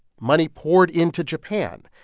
money poured into japan.